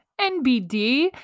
NBD